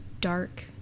Dark